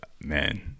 man